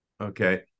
okay